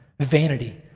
vanity